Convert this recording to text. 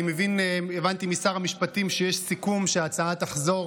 הבנתי משר המשפטים שיש סיכום שההצעה תחזור